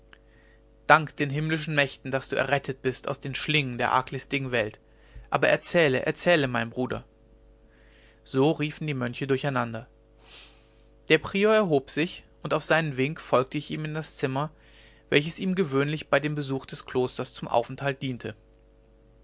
dank den himmlischen mächten daß du errettet bist aus den schlingen der arglistigen welt aber erzähle erzähle mein bruder so riefen die mönche durcheinander der prior erhob sich und auf seinen wink folgte ich ihm in das zimmer welches ihm gewöhnlich bei dem besuch des klosters zum aufenthalt diente